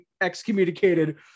excommunicated